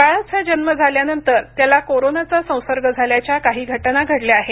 बाळाचा जन्म झाल्यानंतर त्याला कोरोनाचा संसर्ग झाल्याच्या काही घटना घडल्या आहेत